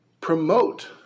promote